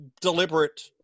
deliberate